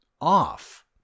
off